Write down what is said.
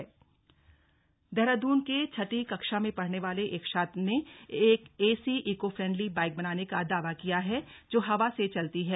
eco friendly bike Dehradun के छठी कक्षा में पढ़ने वाले एक छात्र ने एक ऐसी ईको फ्रेंडली बाइक बनाने का दावा किया है जो हवा से चलती है